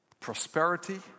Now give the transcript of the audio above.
Prosperity